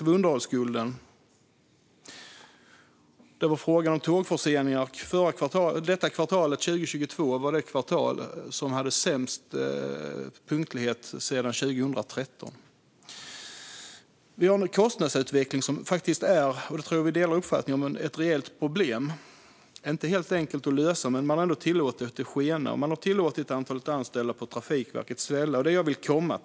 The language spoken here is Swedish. Det gäller till exempel underhållsskulden och tågförseningarna. Det första kvartalet 2022 är det kvartal som haft sämst punktlighet sedan 2013. Kostnadsutvecklingen är nu ett reellt problem, och det tror jag att vi delar uppfattning om. Det är inte helt enkelt att lösa, men man har ändå tillåtit det skena. Man har också tillåtit antalet anställda på Trafikverket att svälla.